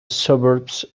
suburbs